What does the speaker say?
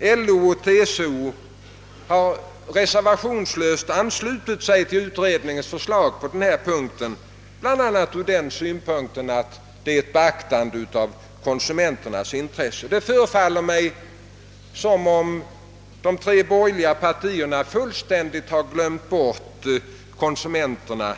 LO och TCO, reservationslöst anslutit sig till utredningens förslag på denna punkt, bl.a. därför att detta beaktar konsumenternas intressen. Det förefaller mig däremot som om de tre borgerliga partierna i detta sammanhang fullständigt glömt bort konsumenterna.